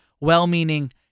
well-meaning